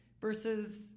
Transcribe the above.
versus